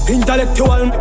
Intellectual